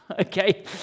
Okay